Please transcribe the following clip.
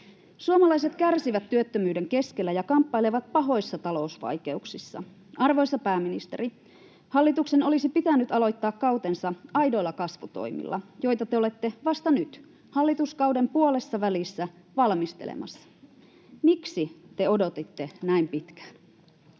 Suomalaiset kärsivät työttömyyden keskellä ja kamppailevat pahoissa talousvaikeuksissa. Arvoisa pääministeri, hallituksen olisi pitänyt aloittaa kautensa aidoilla kasvutoimilla, joita te olette vasta nyt, hallituskauden puolessavälissä, valmistelemassa. Miksi te odotitte näin pitkään?